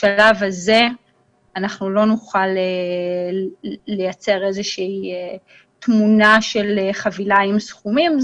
בשלב הזה אנחנו לא נוכל לייצר איזושהי תמונה של חבילה עם סכומים.